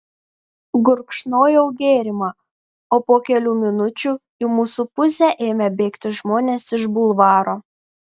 gurkšnojau gėrimą o po kelių minučių į mūsų pusę ėmė bėgti žmonės iš bulvaro